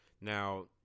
Now